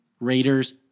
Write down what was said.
Raiders